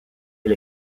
est